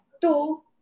Two